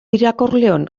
irakurleon